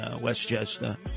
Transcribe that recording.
Westchester